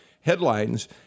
headlines